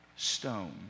stone